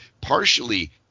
partially